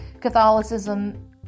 Catholicism